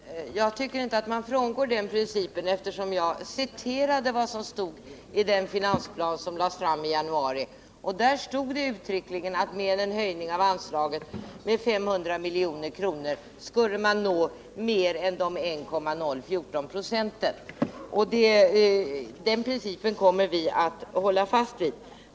Herr talman! Jag tycker inte att man frångår den principen, eftersom det i den finansplan som lades fram i januari och som jag citerade uttryckligen angavs att med en höjning av anslaget med 500 milj.kr. skulle man nå upp till mer än 1,014 96, och den beräkningen kommer vi att hålla fast vid.